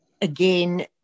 again